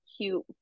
cute